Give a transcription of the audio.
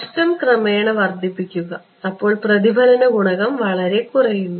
നഷ്ടം ക്രമേണ വർദ്ധിപ്പിക്കുക അപ്പോൾ പ്രതിഫലന ഗുണകം വളരെ കുറയുന്നു